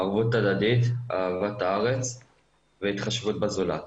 ערבות הדדית, אהבת הארץ והתחשבות בזולת.